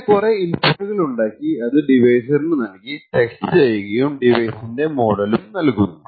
പിന്നെ കുറെ ഇൻപുട്ടുകൾ ഉണ്ടാക്കി അത് ഡിവൈസിനു നൽകി ടെസ്റ്റ് ചെയ്യുകയും ഡിവൈസിന്റെ മോഡലും നൽകുന്നു